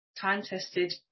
time-tested